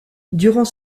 durant